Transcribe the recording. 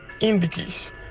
indicates